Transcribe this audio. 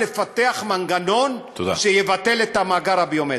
לפתח מנגנון שיבטל את המאגר הביומטרי.